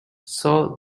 saw